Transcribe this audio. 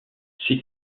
ces